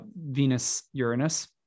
Venus-Uranus